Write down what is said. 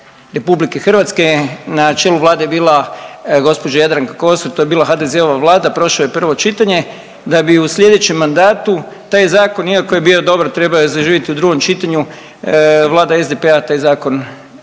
RH, na čelu Vlade je bila gđa. Jadranka Kosor, to je bila HDZ-ova Vlada, prošao je prvo čitanje, da bi u slijedećem mandatu taj zakon iako je bio dobar trebao je zaživjeti u drugom čitanju, Vlada SDP-a je taj zakon